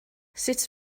sut